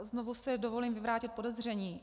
Znovu si dovolím vyvrátit podezření.